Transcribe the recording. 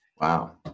Wow